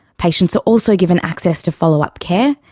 patients are also given access to follow-up care,